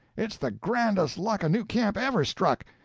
it's the grandest luck a new camp ever struck.